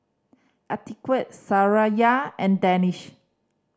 Atiqah Suraya and Danish